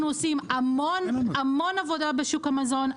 אנחנו עושים המון המון עבודה בשוק המזון.